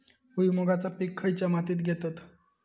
भुईमुगाचा पीक खयच्या मातीत घेतत?